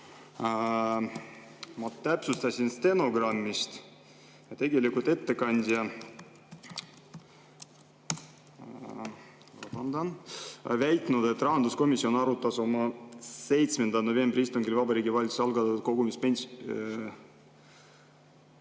Ma täpsustasin stenogrammist, tegelikult ettekandja väitis, et rahanduskomisjon arutas oma 7. novembri istungil Vabariigi Valitsuse algatatud ... Nii